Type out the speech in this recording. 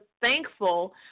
thankful